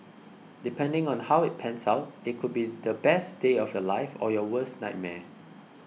depending on how it pans out it could be the best day of your life or your worst nightmare